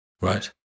Right